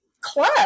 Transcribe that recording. club